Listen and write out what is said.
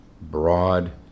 broad